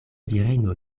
virino